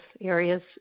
areas